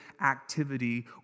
activity